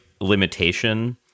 limitation